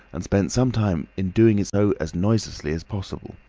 and spent some time in doing so as noiselessly as possible.